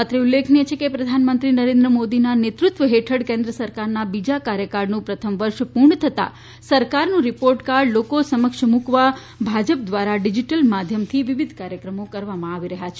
અત્રે ઉલ્લેખનીય છે કે પ્રધાનમંત્રી નરેન્દ્ર મોદીના નેતૃત્વ હેઠળ કેન્દ્ર સરકારના બીજા કાર્યકાળનું પ્રથમ વર્ષ પૂર્ણ થતાં સરકારનું રીપોર્ટ કાર્ડ લોકો સમક્ષ મુકવા ભાજપા દ્વારા ડીજીટલ માધ્યમથી વિવિધ કાર્યક્રમો કરવામાં આવી રહ્યા છે